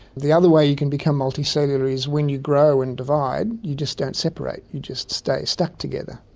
the other way you can become multicellular is when you grow and divide you just don't separate, you just stay stuck together,